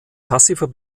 passiver